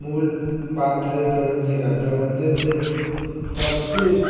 मूल बात है दौड़ने का दौड़ने से सबसे